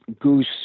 goose